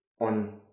on